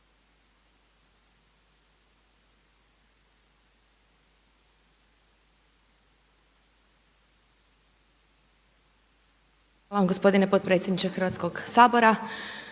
Hvala gospodine potpredsjedniče Hrvatskoga sabora.